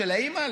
של האימא,